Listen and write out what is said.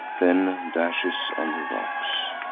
then dashes on the rocks.